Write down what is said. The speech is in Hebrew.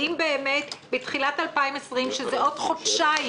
האם באמת בתחילת 2020, שזה עוד חודשיים,